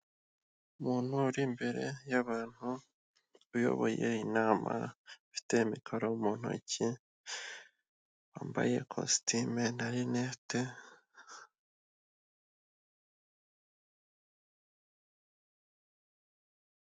Umuntu uri imbere y'abantu uyoboye inama ufite mikoro mu ntoki wambaye ikositime na rinete.